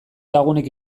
lagunek